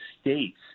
states